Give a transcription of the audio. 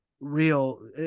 real